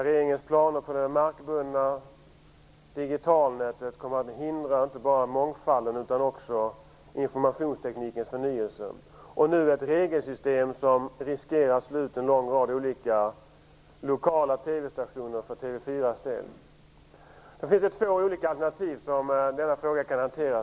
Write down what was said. Regeringens planer på ett markbundet digitalnät kommer att hindra inte bara mångfalden utan också informationsteknikens förnyelse. Och nu gäller det ett regelsystem som riskerar att slå ut en lång rad olika lokala TV-stationer för TV 4. Det finns två olika alternativ för hanteringen av denna fråga.